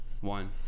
one